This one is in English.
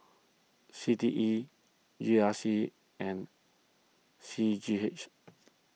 C T E G R C and C G H